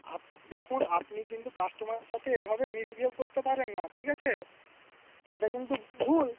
দেখুন আপনি কিন্তু কাস্টোমারের সাথে এভাবে মিসবিহেভ করতে পারেন না ঠিক আছে এটা কিন্তু ভুল